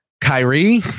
Kyrie